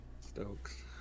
Stokes